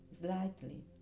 slightly